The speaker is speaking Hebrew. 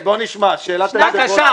בואו נשמע, שאלת שאלה חשובה.